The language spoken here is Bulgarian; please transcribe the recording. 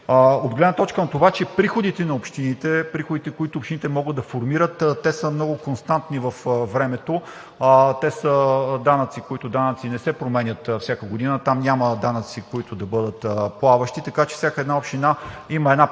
от гледна точка на това, че приходите на общините, приходите, които общините могат да формират, са много константни във времето. Те са данъци, които данъци не се променят всяка година, а там няма данъци, които да бъдат плаващи. Така че всяка община има една приходна